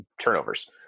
turnovers